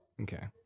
Okay